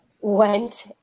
went